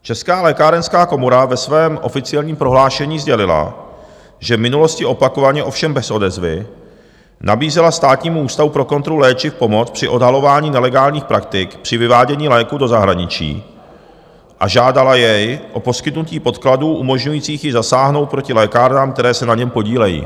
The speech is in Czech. Česká lékárenská komora ve svém oficiálním prohlášení sdělila, že v minulosti opakovaně ovšem bez odezvy nabízela Státnímu ústavu pro kontrolu léčiv pomoc při odhalování nelegálních praktik při vyvádění léků do zahraničí a žádala jej o poskytnutí podkladů umožňujících jí zasáhnout proti lékárnám, které se na něm podílejí.